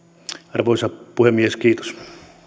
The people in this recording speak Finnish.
arvoisa puhemies kiitos